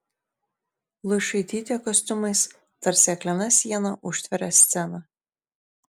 luišaitytė kostiumais tarsi aklina siena užtveria sceną